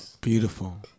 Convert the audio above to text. Beautiful